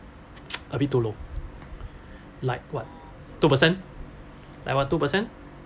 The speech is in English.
a bit too low like what two percent like what two percent